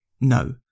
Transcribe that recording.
no